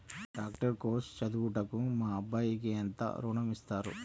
Doctor course చదువుటకు మా అబ్బాయికి ఎంత ఋణం ఇస్తారు?